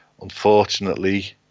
unfortunately